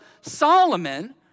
Solomon